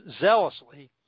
zealously